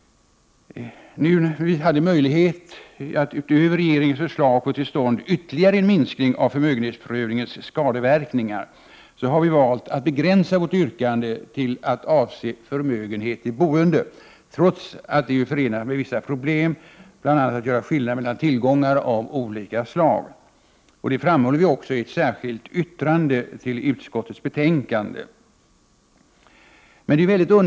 Inför möjligheten att utöver regeringens förslag få till stånd ytterligare en minskning av förmögenhetsrövningens skadeverkningar har vi valt att begränsa vårt yrkande till att avse 'örmögenhet i boende, trots att det är förenat med vissa problem, bl.a. roblemet att göra skillnad mellan tillgångar av olika slag. Detta framhåller 45 vi också i ett särskilt yttrande till utskottets betänkande.